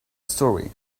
story